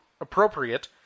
appropriate